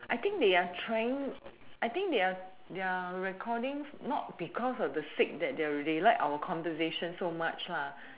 I think they are trying I think they are they're recording not because of the sake that they're read they like our conversation so much lah